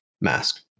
mask